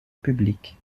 public